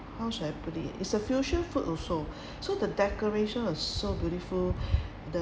how should I put it it's a fusion food also so the decoration was so beautiful the